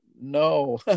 no